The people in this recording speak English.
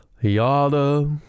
Yada